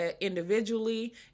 individually